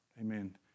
amen